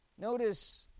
Notice